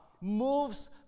moves